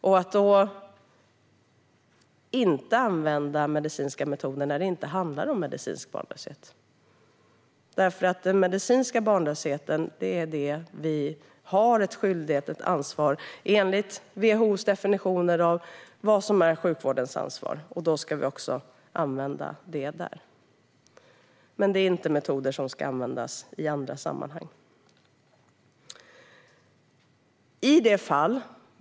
Det gäller att inte använda medicinska metoder när det inte handlar om medicinsk barnlöshet. Den medicinska barnlösheten är där vi har en skyldighet och ett ansvar enligt WHO:s definitioner om vad som är sjukvårdens ansvar. Då ska vi också använda dem för det. Men det är inte metoder som ska användas i andra sammanhang.